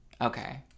Okay